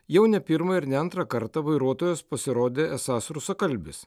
jau ne pirmą ir ne antrą kartą vairuotojas pasirodė esąs rusakalbis